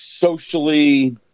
socially